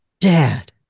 Dad